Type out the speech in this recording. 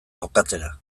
jokatzera